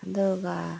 ꯑꯗꯨꯒ